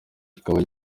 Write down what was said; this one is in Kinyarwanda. kikaba